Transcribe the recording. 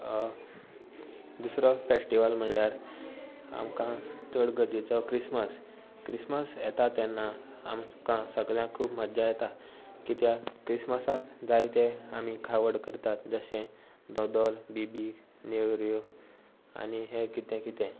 दुसरो फेस्टिवल म्हणल्यार आमकां चड गतीचो क्रिसमस क्रिसमस येता तेन्ना आमकां सगळ्यांक खूब मज्जा येता कित्याक क्रिसमसाक जायते आमी खावड करतात जशें धोदोल बिबी नेवऱ्यो आनी हें कितें कितें